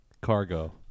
cargo